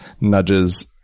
nudges